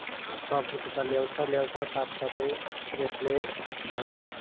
स्वफुर्तता ल्याउँछ ल्याउँछ साथ साथै यसले